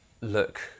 look